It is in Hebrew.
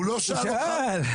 הוא שאל.